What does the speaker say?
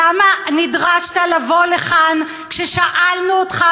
למה נדרשת לבוא לכאן כששאלנו אותך,